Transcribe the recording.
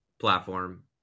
platform